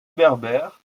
berbère